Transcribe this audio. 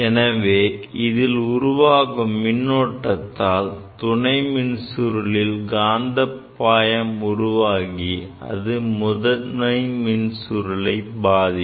எனவே இதில் உருவாகும் மின்னோட்டத்தால் துணை மின்சுருளில் காந்தப்பாயம் உருவாகி அது முதன்மை சுருளை பாதிக்கும்